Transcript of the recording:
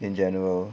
in general